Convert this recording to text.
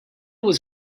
was